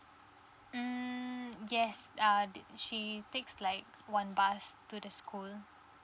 mm yes uh she takes like one bus to the school